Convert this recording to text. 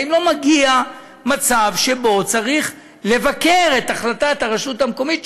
האם לא מגיע מצב שבו צריך לבקר את החלטת הרשות המקומית,